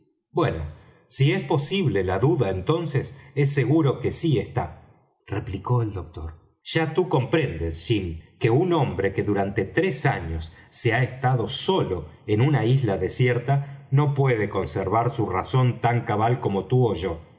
bueno si es posible la duda entonces es seguro que sí está replicó el doctor ya tú comprendes jim que un hombre que durante tres años se ha estado solo en una isla desierta no puede conservar su razón tan cabal como tú ó yo